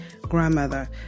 grandmother